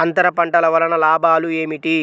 అంతర పంటల వలన లాభాలు ఏమిటి?